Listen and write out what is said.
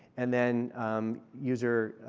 and then user